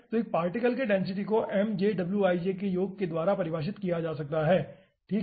तो एक पार्टिकल के डेंसिटी को के योग द्वारा परिभाषित किया जा सकता है ठीक है